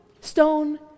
stone